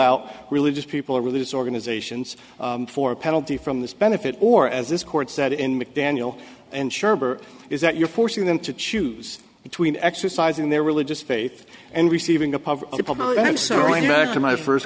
out religious people or religious organizations for penalty from this benefit or as this court said in mcdaniel and sherbert is that you're forcing them to choose between exercising their religious faith and receiving